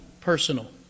personal